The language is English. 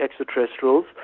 extraterrestrials